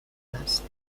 است